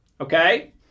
Okay